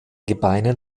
gebeinen